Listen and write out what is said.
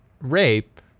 rape